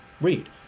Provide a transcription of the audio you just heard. read